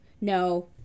No